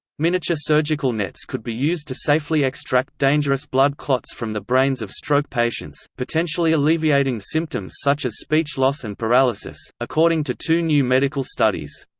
miniature surgical nets could be used to safely extract dangerous blood clots from the brains of stroke patients, potentially alleviating symptoms such as speech loss and paralysis, according to two new medical studies.